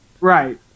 Right